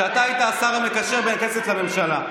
השר המקשר בין הכנסת לממשלה.